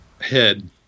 head